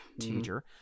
teacher